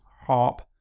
Harp